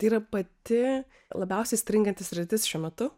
tai yra pati labiausiai stringanti sritis šiuo metu